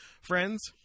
friends